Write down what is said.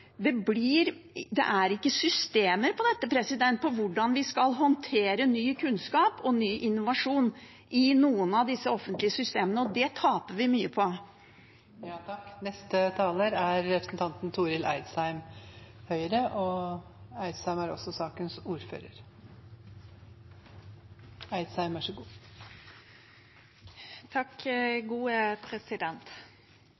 Det er ikke systemer for hvordan vi skal håndtere ny kunnskap og ny innovasjon i noen av disse offentlige systemene, og det taper vi mye